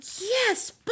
yes